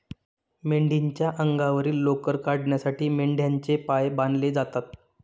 मेंढीच्या अंगावरील लोकर काढण्यासाठी मेंढ्यांचे पाय बांधले जातात